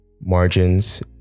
Margins